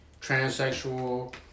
transsexual